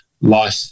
life